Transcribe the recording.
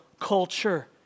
culture